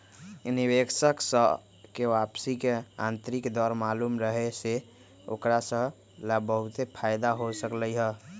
निवेशक स के वापसी के आंतरिक दर मालूम रहे से ओकरा स ला बहुते फाएदा हो सकलई ह